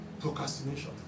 Procrastination